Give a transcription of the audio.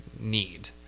need